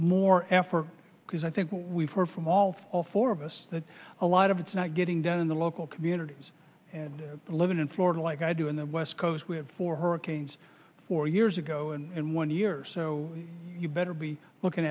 more effort because i think what we've heard from all four of us that a lot of it's not getting done in the local communities and living in florida like i do in the west coast we have four hurricanes four years ago and one year so you better be looking